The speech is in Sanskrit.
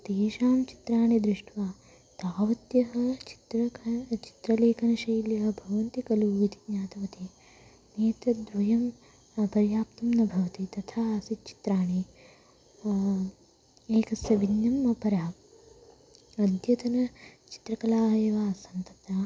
तेषां चित्राणि दृष्ट्वा तावत्यः चित्रका चित्रलेखनशैल्यः भवन्ति खलु इति ज्ञातवती नेत्रद्वयं पर्याप्तं न भवति तथा आसीत् चित्राणि एकस्य भिन्नम् अपरः अद्यतनचित्रकला याः आसन् तत्र